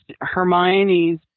Hermione's